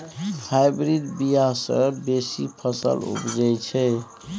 hybrid बीया सँ बेसी फसल उपजै छै